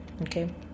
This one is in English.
okay